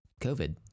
covid